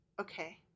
okay